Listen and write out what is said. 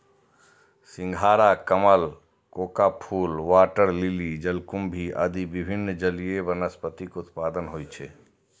सिंघाड़ा, कमल, कोका फूल, वाटर लिली, जलकुंभी आदि विभिन्न जलीय वनस्पतिक उत्पादन होइ छै